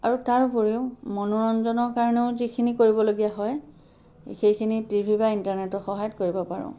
আৰু তাৰ উপৰিও মনোৰঞ্জনৰ কাৰণেও যিখিনি কৰিবলগীয়া হয় সেইখিনি টি ভি বা ইণ্টাৰনেটৰ সহায়ত কৰিব পাৰোঁ